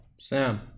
sam